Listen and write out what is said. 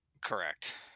Correct